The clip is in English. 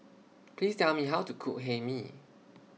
Please Tell Me How to Cook Hae Mee